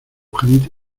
gente